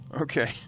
Okay